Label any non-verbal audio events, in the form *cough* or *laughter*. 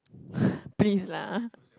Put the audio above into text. *breath* please lah